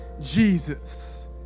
Jesus